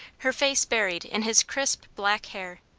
her face buried in his crisp black hair.